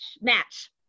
Match